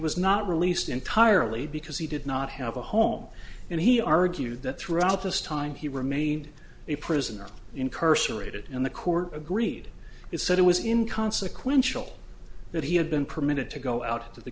was not released entirely because he did not have a home and he argued that throughout this time he remained a prisoner in curse aerated in the court agreed it said it was in consequential that he had been permitted to go out of the